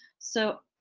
so,